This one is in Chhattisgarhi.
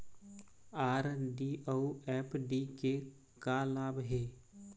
आर.डी अऊ एफ.डी के का लाभ हे?